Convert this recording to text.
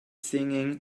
singing